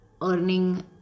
earning